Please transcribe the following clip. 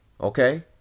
Okay